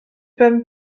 ben